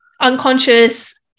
unconscious